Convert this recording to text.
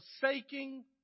forsaking